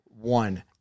one